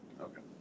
Okay